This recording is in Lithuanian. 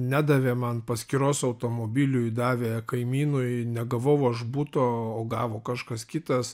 nedavė man paskyros automobiliui davė kaimynui negavau aš buto o gavo kažkas kitas